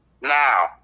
Now